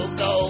go